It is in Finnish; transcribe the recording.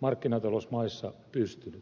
markkinatalousmaissa pystynyt